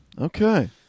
Okay